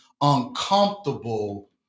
uncomfortable